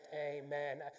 Amen